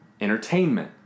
entertainment